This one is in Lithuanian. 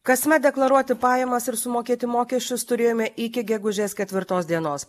kasmet deklaruoti pajamas ir sumokėti mokesčius turėjome iki gegužės keturi dienos